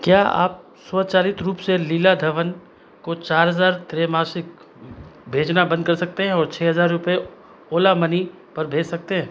क्या आप स्वचालित रूप से लीला धवन को चार हज़ार त्रैमासिक भेजना बंद कर सकते हैं और छः हज़ार रुपए ओला मनी पर भेज सकते हैं